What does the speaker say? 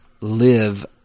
live